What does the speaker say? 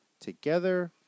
Together